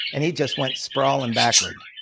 and he just went sprawling backward.